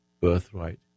birthright